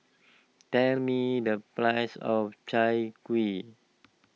tell me the price of Chai Kuih